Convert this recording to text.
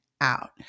out